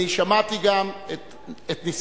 אני שמעתי את ניסיונכם,